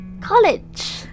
College